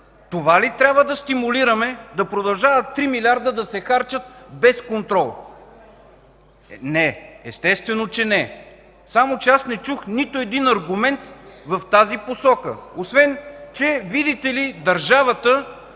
това ли трябва да стимулираме? Да продължават 3 милиарда да се харчат без контрол! (Реплика от ДПС.) Не, естествено, че не! Само че аз не чух нито един аргумент в тази посока освен, че видите ли, държавата